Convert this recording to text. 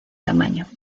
tamaño